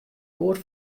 goed